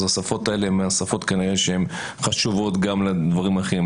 אז השפות האלה הן כנראה השפות שהן חשובות גם לדברים האחרים.